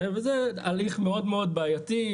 וזה הליך מאוד בעייתי,